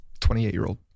28-year-old